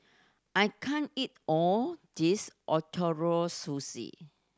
I can't eat all this Ootoro Sushi